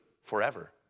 forever